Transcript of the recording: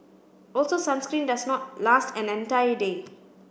also sunscreen does not last an entire day